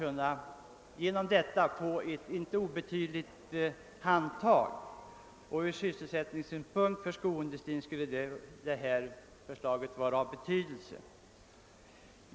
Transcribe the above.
Ett genomförande av förslaget skulle därför vara av betydelse även från sysselsättningssynpunkt när det gäller skoindustrin.